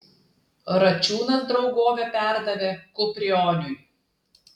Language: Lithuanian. račiūnas draugovę perdavė kuprioniui